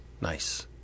nice